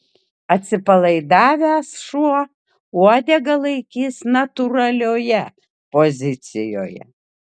atsipalaidavęs šuo uodegą laikys natūralioje pozicijoje